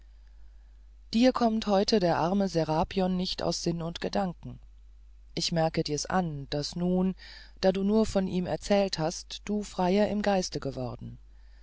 dir kommt heute der arme serapion nicht aus sinn und gedanken ich merke dir's an daß nun da du nur von ihm erzählt hast du freier im geiste geworden